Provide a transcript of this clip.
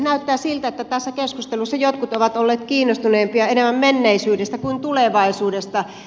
näyttää siltä että tässä keskustelussa jotkut ovat olleet kiinnostuneempia enemmän menneisyydestä kuin tulevaisuudesta